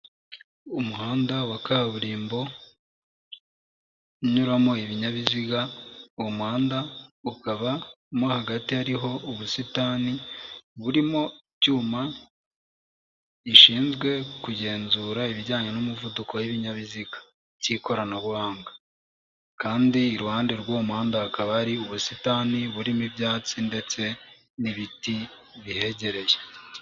Umuhanda wa kaburimbo unyuramo ibinyabiziga, uwo muhanda ukaba mo hagati hariho ubusitani burimo icyuma gishinzwe kugenzura ibijyanye n'umuvuduko w'ibinyabiziga by'ikoranabuhanga, Kandi iruhande rw'umuhanda hakaba Hari ubusitani burimo ibyatsi ndetse n'ibiti bihegereye.